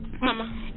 mama